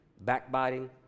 backbiting